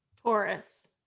Taurus